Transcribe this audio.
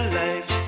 life